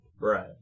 right